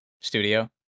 studio